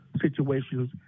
situations